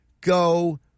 go